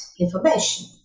information